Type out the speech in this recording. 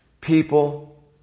people